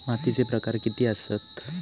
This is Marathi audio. मातीचे प्रकार किती आसत?